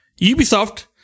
Ubisoft